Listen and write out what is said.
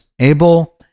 Abel